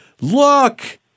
look